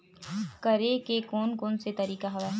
करे के कोन कोन से तरीका हवय?